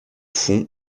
fonds